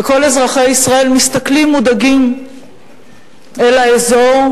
וכל אזרחי ישראל מסתכלים מודאגים על האזור,